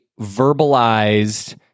verbalized